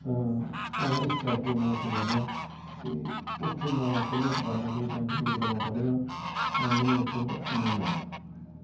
ਤਾਂ ਤਾਂ ਇਸ ਕਰਕੇ ਮੈਂ ਉੱਥੇ ਜਾਂਦਾ ਅਤੇ ਉੱਥੇ ਮੈਂ ਚੰਗੀਆਂ ਕਿਤਾਬਾਂ ਖਰੀਦਣ ਚੰਗੀ ਕਿਤਾਬਾਂ ਪੜ੍ਹਦਾ ਤਾਂ ਮੈਨੂੰ ਉੱਥੇ ਬਹੁਤ ਆਨੰਦ ਆਉਂਦਾ